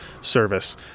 service